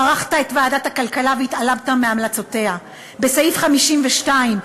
מרחת את ועדת הכלכלה והתעלמת מהמלצותיה בסעיף 52,